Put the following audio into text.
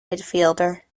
midfielder